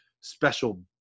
special